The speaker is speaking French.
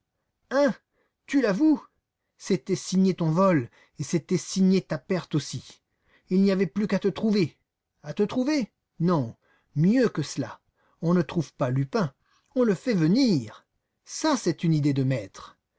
hein tu l'avoues c'était signer ton vol et c'était signer ta perte aussi il n'y avait plus qu'à te trouver à te trouver non mieux que cela on ne trouve pas lupin on le fait venir ça c'est une idée de maître